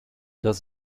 does